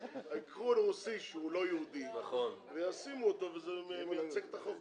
ייקחו רוסי שהוא לא יהודי וימנו אותו וזה מייצג את החוק,